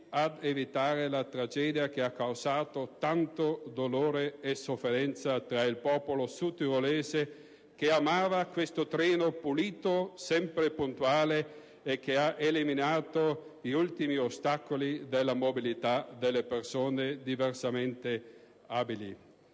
ad evitare la tragedia, che ha causato tanto dolore e sofferenza tra il popolo sudtirolese, che amava questo treno pulito, sempre puntuale e che ha eliminato gli ultimi ostacoli alla mobilità delle persone diversamente abili.